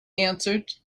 answered